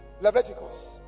Leviticus